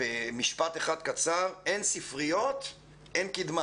במשפט אחד קצר: אין ספריות אין קידמה.